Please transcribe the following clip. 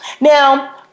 now